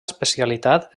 especialitat